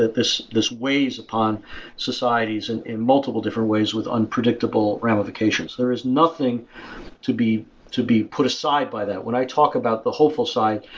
this this ways upon societies and in multiple different ways with unpredictable ramifications. there is nothing to be to be put aside by that. when i talk about the hopeful side,